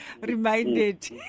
reminded